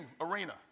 arena